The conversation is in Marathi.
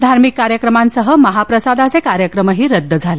धार्मिक कार्यक्रमांसह महाप्रसादाचे कार्यक्रमही रद्द झाले